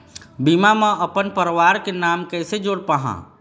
बीमा म अपन परवार के नाम कैसे जोड़ पाहां?